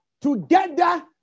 together